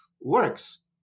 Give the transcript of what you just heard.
works